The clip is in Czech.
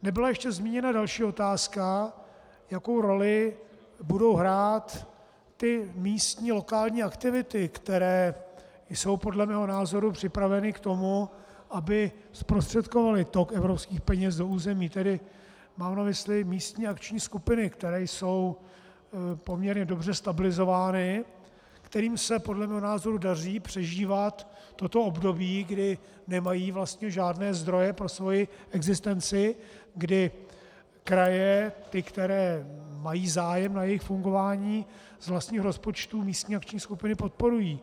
Nebyla ještě zmíněna další otázka, jakou roli budou hrát ty místní aktivity, které jsou podle mého názoru připraveny k tomu, aby zprostředkovaly tok evropských peněz do území, tedy mám na mysli místní akční skupiny, které jsou poměrně dobře stabilizovány, kterým se podle mého názoru daří přežívat toto období, kdy nemají vlastně žádné zdroje pro svou existenci, kdy kraje, ty, které mají zájem na jejich fungování, z vlastních rozpočtů místní akční skupiny podporují.